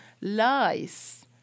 Lies